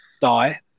die